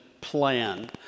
plan